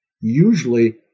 usually